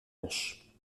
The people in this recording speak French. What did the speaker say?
manches